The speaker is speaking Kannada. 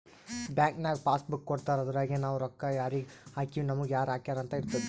ಬ್ಯಾಂಕ್ ನಾಗ್ ಪಾಸ್ ಬುಕ್ ಕೊಡ್ತಾರ ಅದುರಗೆ ನಾವ್ ರೊಕ್ಕಾ ಯಾರಿಗ ಹಾಕಿವ್ ನಮುಗ ಯಾರ್ ಹಾಕ್ಯಾರ್ ಅಂತ್ ಇರ್ತುದ್